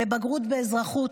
לבגרות באזרחות.